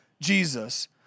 Jesus